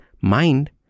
mind